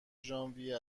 ژانویه